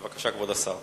בבקשה, כבוד השר.